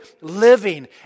living